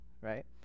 right